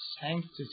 sanctity